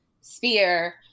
sphere